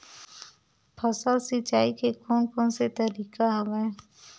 फसल सिंचाई के कोन कोन से तरीका हवय?